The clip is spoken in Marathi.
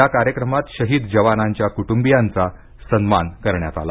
या कार्यक्रमात शहीद जवानांच्या कुटुंबीयांचा सन्मान करण्यात आला